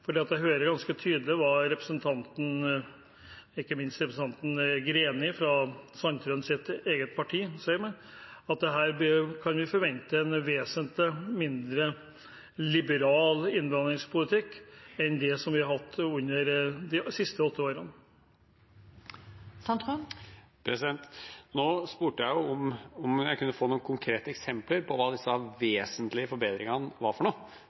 hva representanten Greni fra Sandtrøens eget parti sier – at vi kan forvente en vesentlig mindre liberal innvandringspolitikk enn det vi har hatt de siste åtte årene. Nå spurte jeg om jeg kunne få noen konkrete eksempler på hva disse vesentlige forbedringene var.